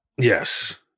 Yes